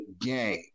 game